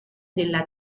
della